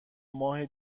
ماه